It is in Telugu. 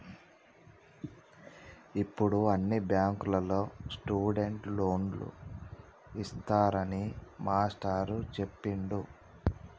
ఇప్పుడు అన్ని బ్యాంకుల్లో స్టూడెంట్ లోన్లు ఇస్తున్నారని మాస్టారు చెప్పిండు